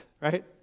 Right